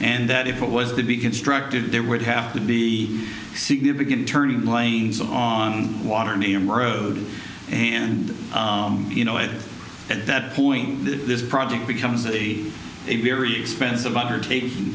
and that if it was to be constructed there would have to be significant turning lanes on water main road and you know it at that point this project becomes a a very expensive undertaking